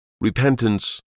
Repentance